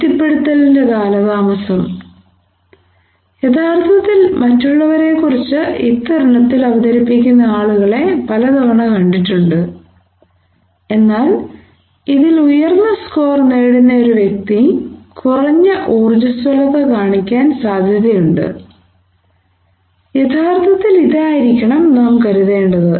തൃപ്തിപ്പെടുത്തലിന്റെ കാലതാമസം യഥാർത്ഥത്തിൽ മറ്റുള്ളവരെക്കുറിച്ച് ഇത്തരുണത്തിൽ അവതരിപ്പിക്കുന്ന ആളുകളെ പലതവണ കണ്ടിട്ടുണ്ട് എന്നാൽ ഇതിൽ ഉയർന്ന സ്കോർ നേടുന്ന ഒരു വ്യക്തി കുറഞ്ഞ ഉർജ്ജസ്വലത കാണിക്കാൻ സാധ്യതയുണ്ട് യഥാർത്ഥത്തിൽ ഇതായിരിക്കണം നാം കരുതേണ്ടത്